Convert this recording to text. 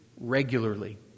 regularly